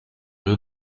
you